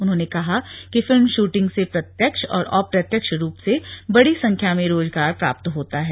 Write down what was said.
उन्होंने कहा कि फिल्म शुटिंग से प्रत्यक्ष और अप्रत्यक्ष रुप से बड़ी संख्या में रोजगार प्राप्त होता है